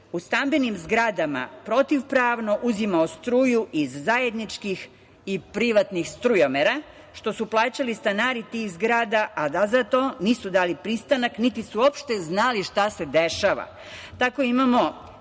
u stambenim zgradama protivpravno uzimao struju iz zajedničkih i privatnih strujomera, što su plaćali stanari tih zgrada, a da za to nisu dali pristanak, niti su uopšte znali šta se dešava. Tako imamo,